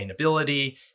sustainability